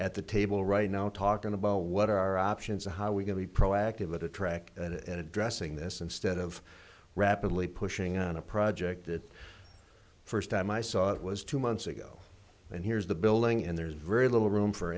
at the table right now talking about what our options are how we can be proactive at a track and addressing this instead of rapidly pushing on a project that first time i saw it was two months ago and here's the building and there's very little room for